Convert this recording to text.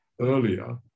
earlier